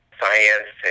science